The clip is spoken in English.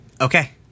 okay